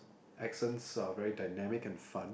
accents are very dynamic and fun